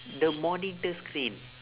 the monitor screen